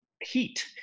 heat